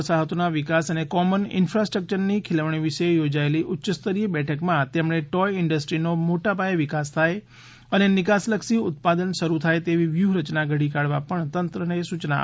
વસાહતોના વિકાસ અને કોમન ઇન્ફાસ્ટ્રક્યરની ખીલવણી વિષે યોજાયેલી ઉચ્યસ્તરીય બેઠકમાં તેમણે ટોય ઇન્ડસ્ટ્રીનો મોટાપાયે વિકાસ થાય અને નિકાસલક્ષી ઉત્પાદનશરૂ થાય તેવી વ્યૂહરચના ઘડી કાઢવા પણ તંત્રને સૂચના આપી હતી